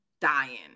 dying